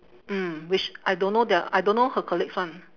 mm which I don't know their I don't know her colleagues [one]